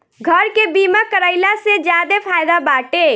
घर के बीमा कराइला से ज्यादे फायदा बाटे